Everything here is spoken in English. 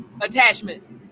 attachments